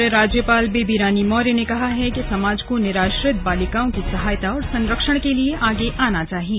और राज्यपाल बेबी रानी मौर्य ने कहा है कि समाज को निराश्रित बालिकाओं की सहायता और संरक्षण के लिए आगे आना चाहिए